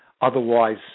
Otherwise